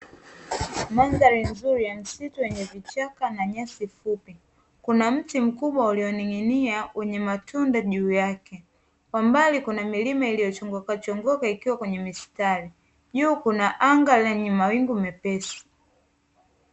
Mandhari nzuri ya msitu yenye vichaka na nyasi fupi, kuna mti mkubwa ulioning'inia wenye matunda juu yake. Kwa mbali kuna milima iliyochongokachongoka ikiwa kwenye mistari, juu kuna anga lenye mawingu mepesi.